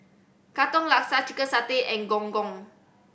Katong Laksa chicken satay and Gong Gong